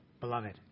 beloved